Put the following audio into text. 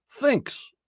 thinks